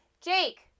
Jake